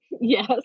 Yes